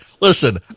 Listen